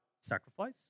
sacrifice